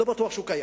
לא בטוח שהוא קיים.